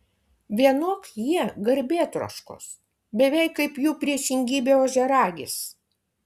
vienok jie garbėtroškos beveik kaip jų priešingybė ožiaragis